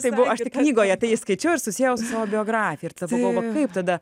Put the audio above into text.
tai buvo aš tik knygoje tai įskaičiau ir susiejau su tavo biografija ir tada pagalvojau va kaip tada